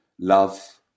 love